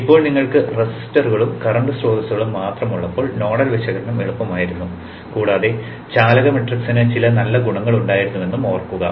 ഇപ്പോൾ നിങ്ങൾക്ക് റെസിസ്റ്ററുകളും കറന്റ് സ്രോതസ്സുകളും മാത്രമുള്ളപ്പോൾ നോഡൽ വിശകലനം എളുപ്പമായിരുന്നു കൂടാതെ ചാലക മാട്രിക്സിന് ചില നല്ല ഗുണങ്ങളുണ്ടായിരുന്നുവെന്നും ഓർക്കുക